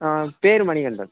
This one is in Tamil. பெயரு மணிகண்டன்